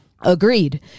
Agreed